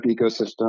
ecosystem